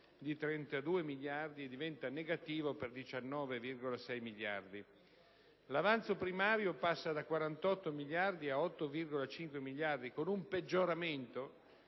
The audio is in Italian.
di 32 miliardi e diventa negativo per 19,6 miliardi. L'avanzo primario passa da 48,5 miliardi a 8,5 miliardi, con un peggioramento